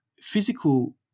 physical